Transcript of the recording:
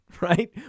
right